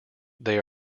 they